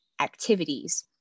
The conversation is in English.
activities